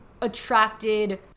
attracted